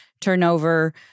turnover